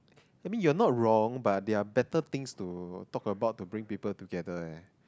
I mean you are not wrong but there are better things to talk about to bring people together eh